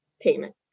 payment